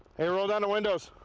hey, roll down the windows.